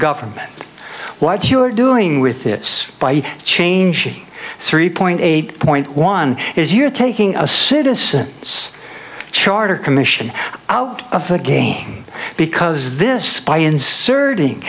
government what you're doing with this by changing three point eight point one is you're taking a citizen's charter commission out of the game because this by inserting